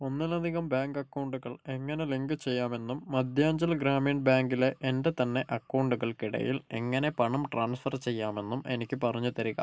ഒന്നിലധികം ബാങ്ക് അക്കൗണ്ടുകൾ എങ്ങനെ ലിങ്കു ചെയ്യാമെന്നും മദ്ധ്യാഞ്ചൽ ഗ്രാമീൺ ബാങ്കിലെ എൻ്റെ തന്നെ അക്കൗണ്ടുകൾക്കിടയിൽ എങ്ങനെ പണം ട്രാൻസ്ഫർ ചെയ്യാമെന്നും എനിക്ക് പറഞ്ഞു തരിക